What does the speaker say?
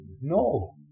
No